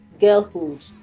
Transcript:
girlhood